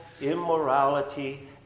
immorality